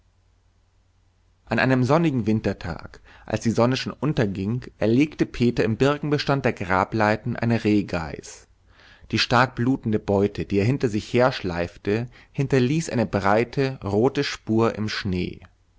an einem sonnigen wintertag als die sonne schon unterging erlegte peter im birkenbestand der grableiten eine rehgeiß die stark blutende beute die er hinter sich herschleifte hinterließ eine breite rote spur im schnee